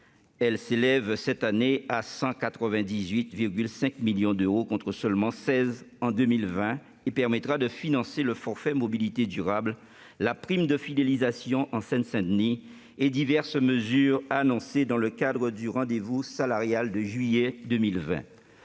Elle s'élève cette année à 198,5 millions d'euros, contre seulement 16 millions d'euros en 2020. Elle permettra de financer le forfait mobilités durables, la prime de fidélisation en Seine-Saint-Denis et diverses mesures annoncées dans le cadre du rendez-vous salarial du mois de juillet 2020.